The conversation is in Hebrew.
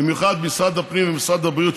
במיוחד עם משרד הפנים ומשרד הבריאות,